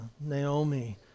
Naomi